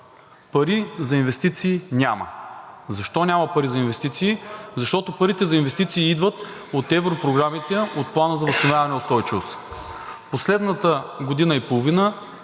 „Пари за инвестиции няма.“ Защо няма пари за инвестиции? Защото парите за инвестиции идват от европрограмите, от Плана за възстановяване и устойчивост. Последната година и половина